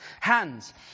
hands